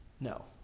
No